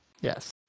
Yes